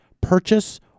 purchase